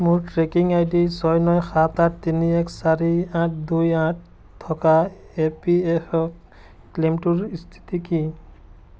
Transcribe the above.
মোৰ tracking I D ছয় নই সাত আঠ তিনি এক চাৰি আঠ দুই আঠ থকা এ পি এফ অ' ক্লেমটোৰ ইস্থিতি কি